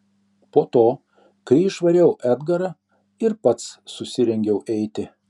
po to kai išvariau edgarą ir pats susirengiau eiti